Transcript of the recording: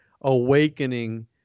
awakening